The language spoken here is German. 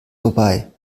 vorbei